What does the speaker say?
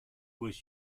was